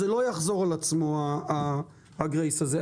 זה לא יחזור על עצמו הגרייס הזה.